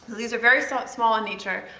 these are very so small in nature.